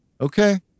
okay